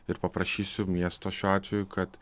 ir paprašysiu miesto šiuo atveju kad